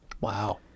Wow